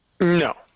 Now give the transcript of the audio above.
No